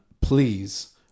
please